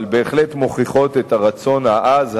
אבל הן בהחלט מוכיחות את הרצון העז,